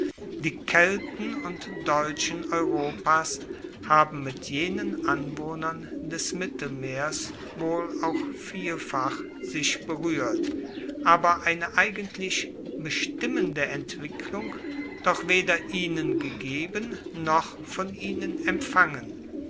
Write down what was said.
die kelten und deutschen europas haben mit jenen anwohnern des mittelmeers wohl auch vielfach sich beruehrt aber eine eigentlich bestimmende entwicklung doch weder ihnen gegeben noch von ihnen empfangen